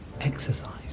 exercise